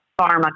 pharma